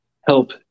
help